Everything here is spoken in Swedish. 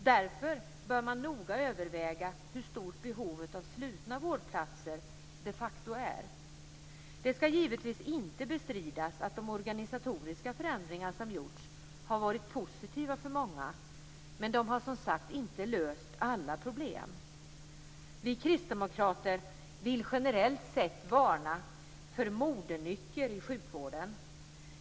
Därför bör man noga överväga hur stort behovet av slutna vårdplatser de facto är. Det skall givetvis inte bestridas att de organisatoriska förändringar som gjorts har varit positiva för många. Men de har, som sagt, inte löst alla problem. Vi kristdemokrater vill generellt sett varna för modenycker i sjukvården.